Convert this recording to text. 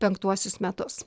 penktuosius metus